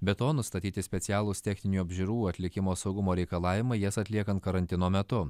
be to nustatyti specialūs techninių apžiūrų atlikimo saugumo reikalavimai jas atliekant karantino metu